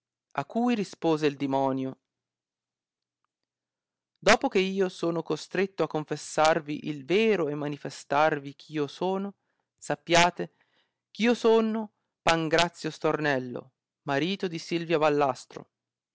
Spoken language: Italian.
a cui rispose il demonio dopo che io sono costretto a confessarvi il vero e manifestarmi chi io sono sappiate eh io sono pangrazio stornello marito di silvia ballastro